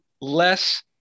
less